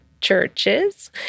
churches